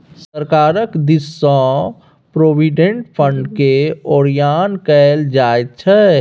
सरकार दिससँ प्रोविडेंट फंडकेँ ओरियान कएल जाइत छै